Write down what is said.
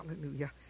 Hallelujah